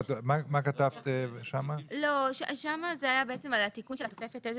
שם זה היה על התיקון של התוספת איזה